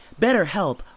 BetterHelp